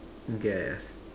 okay